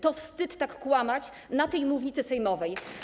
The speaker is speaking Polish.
To wstyd tak kłamać na tej mównicy sejmowej.